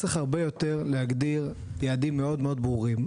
צריך הרבה יותר להגדיר יעדים מאוד מאוד ברורים.